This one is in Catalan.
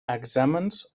exàmens